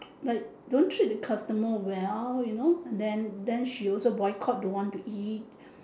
like don't treat the customer well you know then she also boycott don't want to eat